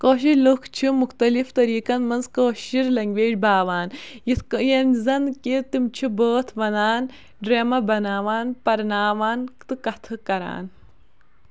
کٲشِر لُکھ چھِ مُختٕلِف طٔریٖقَن منٛز کٲشِر لینٛگویج باوان یِتھ کٕنۍ ییٚلہِ زَن کہِ تِم چھِ بٲتھ وَنان ڈرٛیما بَناوان پَرناوان تہٕ کَتھٕ کَران